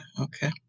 okay